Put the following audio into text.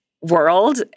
world